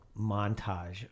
montage